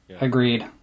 Agreed